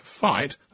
fight